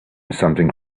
something